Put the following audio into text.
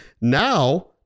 Now